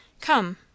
Come